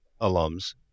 alums